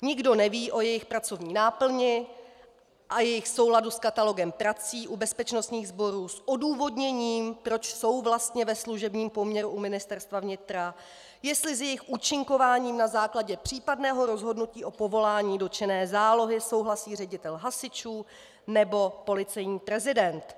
Nikdo neví o jejich pracovní náplni a jejich souladu s katalogem prací u bezpečnostních sborů s odůvodněním, proč jsou vlastně ve služebním poměru u Ministerstva vnitra, jestli s jejich účinkováním na základě případného rozhodnutí o povolání do činné zálohy souhlasí ředitel hasičů nebo policejní prezident.